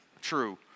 true